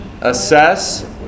Assess